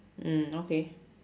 mm okay